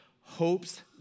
hopes